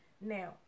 Now